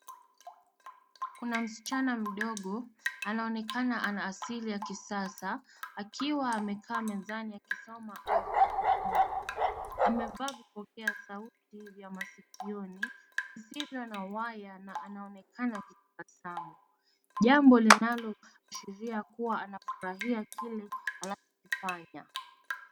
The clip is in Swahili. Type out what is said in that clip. Kuna msichana mdogo, anaonekana ana asili ya kisasa, akiwa amekaa mezani akisoma au akijifunza. Amevaa vipokea sauti vya masikioni visivyo na waya na anaonekana akitabasamu. Jambo linaloashiria kuwa anafurahia kile anacho kifanya.